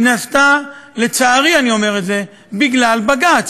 היא נעשתה, לצערי, אני אומר את זה, בגלל בג"ץ.